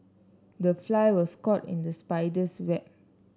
the fly was caught in the spider's web